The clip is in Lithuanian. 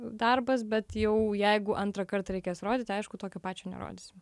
darbas bet jau jeigu antrąkart reikės rodyti aišku tokio pačio nerodysim